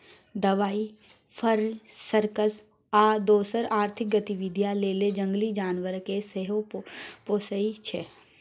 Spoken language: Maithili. दबाइ, फर, सर्कस आ दोसर आर्थिक गतिबिधि लेल जंगली जानबर केँ सेहो पोसय छै